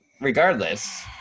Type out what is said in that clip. regardless